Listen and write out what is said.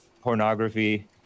pornography